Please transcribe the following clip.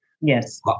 Yes